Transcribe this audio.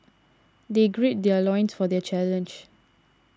they gird their loins for their challenge